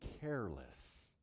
careless